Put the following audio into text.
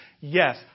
Yes